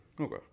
Okay